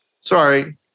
Sorry